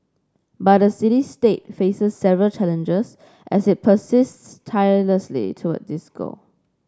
but the city state faces several challenges as it persists tirelessly towards this goal